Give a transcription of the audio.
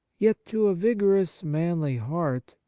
yet, to a vigorous, manly heart,